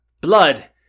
Blood